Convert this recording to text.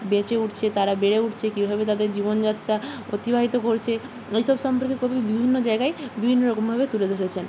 বেঁচে উঠছে তারা বেড়ে উঠছে কীভাবে তাদের জীবনযাত্রা অতিবাহিত করছে এই সব সম্পর্কে কবি বিভিন্ন জায়গায় বিভিন্ন রকমভাবে তুলে ধরেছেন